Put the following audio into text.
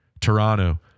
Toronto